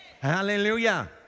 Hallelujah